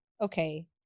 okay